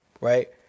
Right